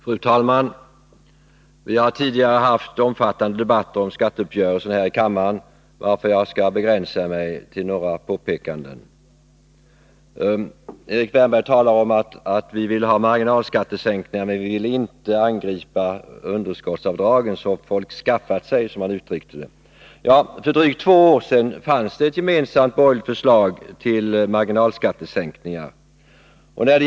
Fru talman! Vi har tidigare haft omfattande debatter här i kammaren om skatteuppgörelsen, varför jag skall begränsa mig till några påpekanden. Erik Wärnberg säger att vi vill ha marginalskattesänkningar, men vi vill inte angripa underskottsavdragen som folk har skaffat sig — som Erik Wärnberg uttryckte det. För drygt två år sedan fanns det ett gemensamt borgerligt förslag till marginalskattesänkningar.